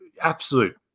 absolute